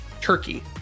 Turkey